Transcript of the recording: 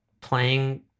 playing